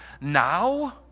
now